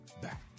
back